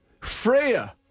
Freya